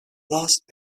last